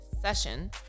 session